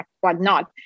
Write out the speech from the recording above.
whatnot